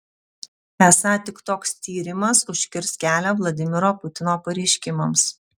esą tik toks tyrimas užkirs kelią vladimiro putino pareiškimams